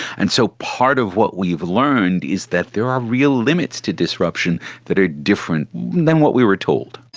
and so part of what we've learned is that there are real limits to disruption that are different than what we were told.